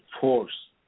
force